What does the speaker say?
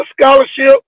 scholarship